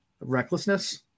recklessness